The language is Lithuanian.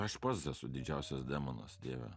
aš pats esu didžiausias demonas dieve